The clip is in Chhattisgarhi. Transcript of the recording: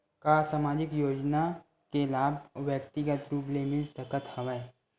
का सामाजिक योजना के लाभ व्यक्तिगत रूप ले मिल सकत हवय?